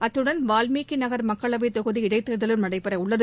அத்துடன் வால்மீகி நகர் மக்களவை தொகுதி இடைத்தேர்தலும் நடைபெற உள்ளது